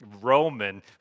Roman